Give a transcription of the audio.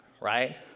right